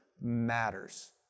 matters